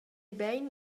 bein